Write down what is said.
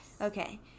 okay